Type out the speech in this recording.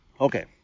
Okay